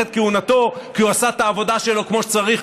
את כהונתו כי הוא עשה את העבודה שלו כמו שצריך,